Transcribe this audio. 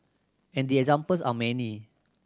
and the examples are many